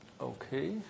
Okay